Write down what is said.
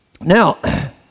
Now